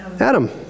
Adam